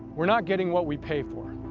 we're not getting what we paid for,